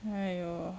!haiyo!